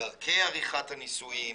דרכי עריכת הניסויים.